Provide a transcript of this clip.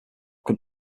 can